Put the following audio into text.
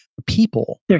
People